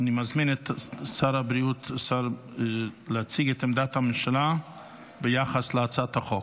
אני מזמין את שר הבריאות להציג את עמדת הממשלה ביחס להצעת החוק.